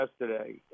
yesterday